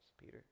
Peter